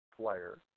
player